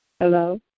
Hello